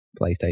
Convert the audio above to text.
PlayStation